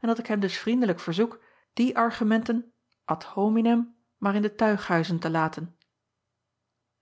en dat ik hem dus vriendelijk verzoek die argumenten ad hominem maar in de tuighuizen te laten